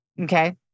Okay